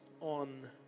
on